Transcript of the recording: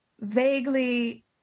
vaguely